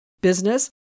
business